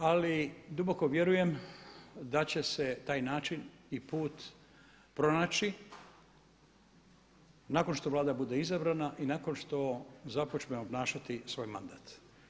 Ali duboko vjerujem da će se taj način i put pronaći nakon što Vlada bude izabrana i nakon što započne obnašanje svoj mandat.